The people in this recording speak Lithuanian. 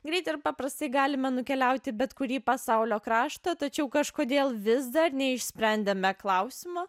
greit ir paprastai galime nukeliaut į bet kurį pasaulio kraštą tačiau kažkodėl vis dar neišsprendėme klausimo